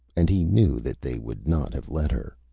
and he knew that they would not have let her.